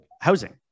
housing